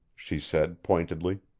she said pointedly,